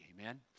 Amen